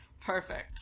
Perfect